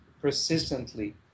persistently